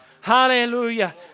Hallelujah